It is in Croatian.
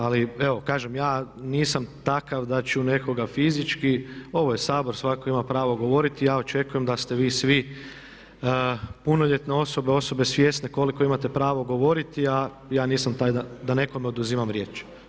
Ali evo kažem, ja nisam takav da ću nekoga fizički, ovo je Sabor, svatko ima pravo govoriti, ja očekujem da ste vi svi punoljetne osobe, osobe svjesne koliko imate pravo govoriti a ja nisam taj da nekome oduzimam riječ.